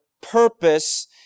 purpose